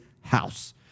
house